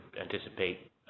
anticipate